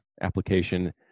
application